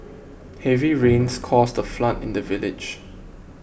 heavy rains caused a flood in the village